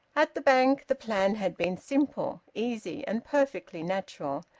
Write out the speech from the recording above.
at the bank the plan had been simple, easy, and perfectly natural.